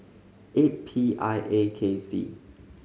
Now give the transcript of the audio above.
eight P I A K C